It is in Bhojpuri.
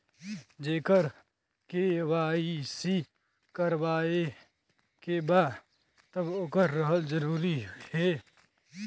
जेकर के.वाइ.सी करवाएं के बा तब ओकर रहल जरूरी हे?